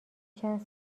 چند